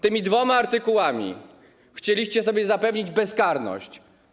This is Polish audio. Tymi dwoma artykułami chcieliście sobie zapewnić bezkarność.